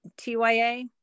TYA